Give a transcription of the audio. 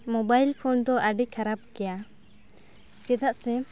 mobile phone ᱫᱚ ᱟᱹᱰᱤ ᱠᱷᱟᱨᱟᱯ ᱜᱮᱭᱟ ᱪᱮᱫᱟᱜ ᱥᱮ